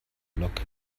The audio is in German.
block